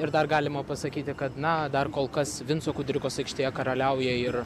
ir dar galima pasakyti kad na dar kol kas vinco kudirkos aikštėje karaliauja ir